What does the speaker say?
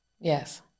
Yes